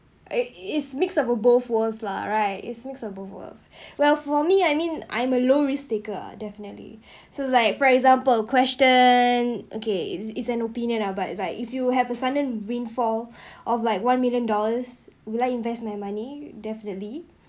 it is mixed of both works lah right is makes mixed of both works lah well for me I mean I'm a low risk taker uh definitely so like for example question okay is is an opinion uh but like if you have a sudden windfall of like one million dollars you like invest my money definitely